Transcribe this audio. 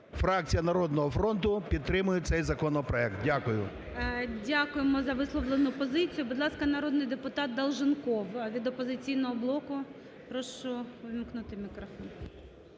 Фракція "Народного фронту" підтримує цей законопроект. Дякую. ГОЛОВУЮЧИЙ. Дякуємо за висловлену позицію. Будь ласка, народний депутат Долженков від "Опозиційного блоку". Прошу увімкнути мікрофон.